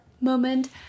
moment